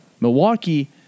Milwaukee